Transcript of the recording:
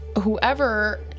Whoever